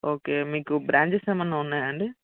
okay మీకు branches ఏమన్న ఉన్నాయా అండి